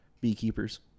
Beekeepers